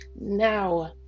now